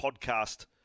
podcast